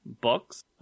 books